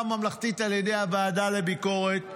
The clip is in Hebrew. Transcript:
ממלכתית על ידי הוועדה לביקורת המדינה,